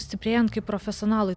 stiprėjant kaip profesionalui